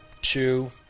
two